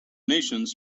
nations